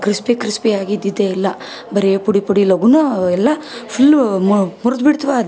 crispy crispy ಆಗಿ ಇದ್ದಿದ್ದೆ ಇಲ್ಲ ಬರೀ ಪುಡಿ ಪುಡಿ ಲಗೂನಾ ಎಲ್ಲ ಫುಲ್ಲೂ ಮುರ್ದು ಬಿಡ್ತಾವ ಅದು